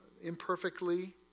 imperfectly